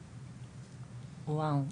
וואו.